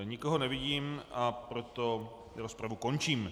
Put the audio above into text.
Nikoho nevidím, a proto rozpravu končím.